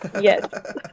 Yes